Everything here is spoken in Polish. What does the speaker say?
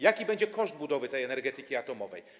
Jaki będzie koszt budowy energetyki atomowej?